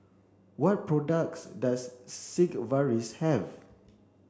what products does Sigvaris have